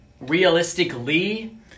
Realistically